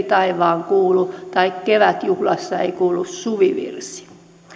taivaan kuulu tai jos kevätjuhlassa ei kuulu suvivirsi